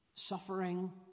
Suffering